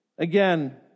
Again